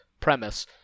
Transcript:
premise